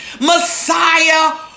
Messiah